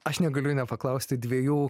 aš negaliu nepaklausti dviejų